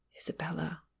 Isabella